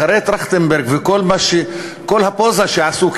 אחרי טרכטנברג וכל הפוזה שעשו,